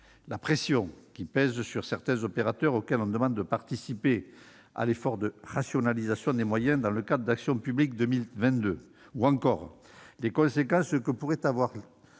la pression qui pèse sur certains opérateurs auxquels on demande de participer à l'effort de rationalisation des moyens dans le cadre d'Action publique 2022, ou encore les conséquences que pourrait avoir